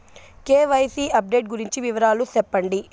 KYC update గురించి వివరాలు సెప్పండి?